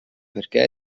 perché